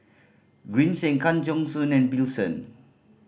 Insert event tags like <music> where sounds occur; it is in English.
Green Zeng Kang Siong <unintelligible> and Bill <unintelligible>